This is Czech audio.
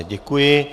Děkuji.